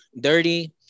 dirty